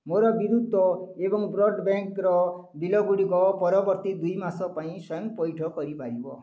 ମୋର ବିଦ୍ୟୁତ ଏବଂ ବ୍ରଡ଼୍ବ୍ୟାଙ୍କର ବିଲ୍ ଗୁଡ଼ିକ ପରବର୍ତ୍ତୀ ଦୁଇ ମାସ ପାଇଁ ସ୍ଵୟଂ ପଇଠ କରିପାରିବ